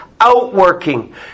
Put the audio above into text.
outworking